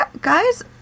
guys